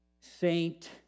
Saint